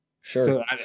Sure